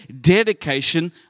dedication